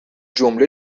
جمله